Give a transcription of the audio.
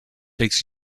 takes